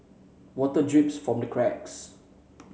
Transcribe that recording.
water drips from the cracks